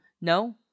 No